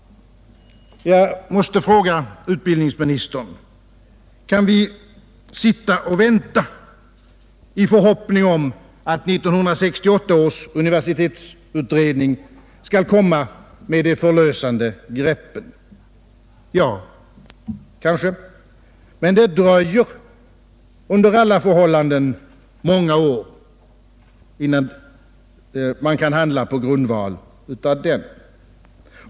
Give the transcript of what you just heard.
Jag måste fråga utbildningsministern: Kan vi sitta och vänta i förhoppning om att 1968 års universitetsutredning skall komma med de förlösande greppen? Ja, kanske, men det dröjer under alla förhållanden många år innan man kan handla på grundval av den.